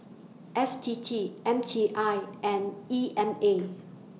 F T T M T I and E M A